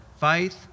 faith